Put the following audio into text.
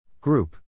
Group